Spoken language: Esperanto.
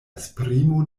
esprimo